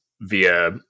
via